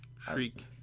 Shriek